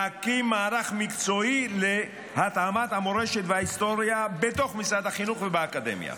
מערך מקצועי להטמעת המורשת וההיסטוריה בתוך משרד החינוך ובאקדמיה.